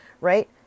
right